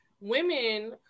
women